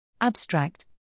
Abstract